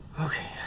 Okay